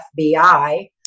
fbi